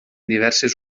diverses